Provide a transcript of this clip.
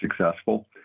successful